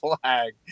flag